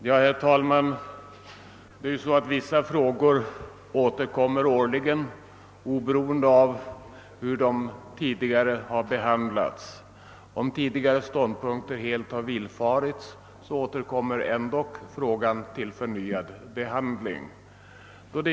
Herr talman! Vissa frågor återkommer årligen, oberoende av hur de tidigare har behandlats. även om önskemålen helt har infriats kommer de ändock tillbaka för förnyad handläggning.